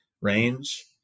range